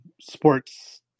sports